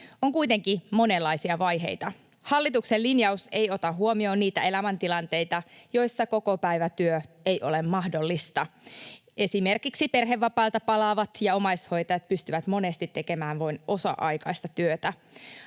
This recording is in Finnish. On kuitenkin monenlaisia vaiheita. Hallituksen linjaus ei ota huomioon niitä elämäntilanteita, joissa kokopäivätyö ei ole mahdollista, esimerkiksi perhevapaalta palaavat ja omaishoitajat pystyvät monesti tekemään vain osa-aikaista työtä.